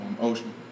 Ocean